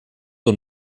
und